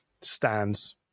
stands